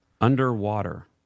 Underwater